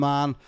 Man